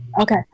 Okay